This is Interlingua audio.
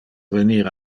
venir